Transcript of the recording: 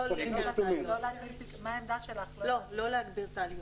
מה העמדה שלך, לא הבנתי.